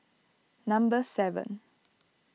number seven